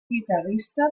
guitarrista